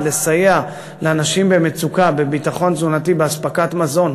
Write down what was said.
לסייע לאנשים במצוקה בביטחון תזונתי באספקת מזון.